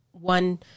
one